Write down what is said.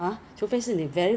two piece chicken mm